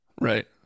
right